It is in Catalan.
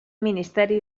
ministeri